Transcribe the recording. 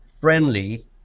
friendly